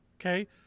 Okay